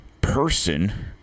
person